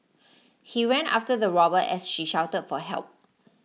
he ran after the robber as she shouted for help